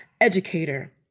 educator